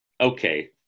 okay